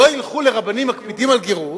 לא ילכו לרבנים המקפידים על גרות,